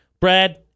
Brad